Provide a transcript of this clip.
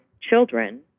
children